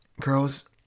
girls